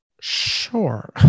Sure